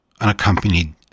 unaccompanied